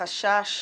החשש